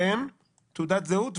שם, תעודת זהות וגיל.